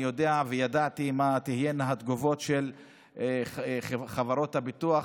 ואני יודע וידעתי מה תהיינה התגובות של חברות הביטוח,